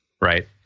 right